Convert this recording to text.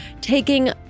taking